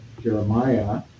Jeremiah